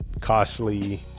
costly